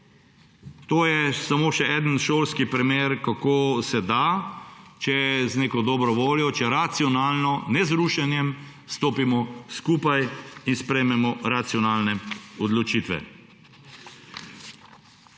To je samo še en šolski primer, kako se da, če z neko dobro voljo, če racionalno, ne z rušenjem, stopimo skupaj in sprejmemo racionalne odločitve.